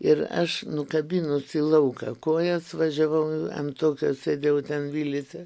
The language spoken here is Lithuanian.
ir aš nukabinus į lauką kojas važiavau ant tokios sėdėjau ten vilise